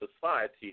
society